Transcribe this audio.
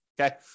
Okay